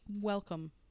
welcome